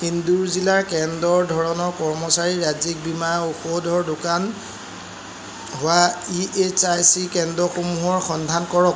ইন্দোৰ জিলাত কেন্দ্ৰৰ ধৰণ কৰ্মচাৰীৰ ৰাজ্যিক বীমা ঔষধৰ দোকান হোৱা ই এছ আই চি কেন্দ্ৰসমূহৰ সন্ধান কৰক